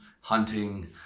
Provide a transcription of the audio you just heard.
hunting